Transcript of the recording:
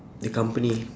the company